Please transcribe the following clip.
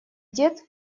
дед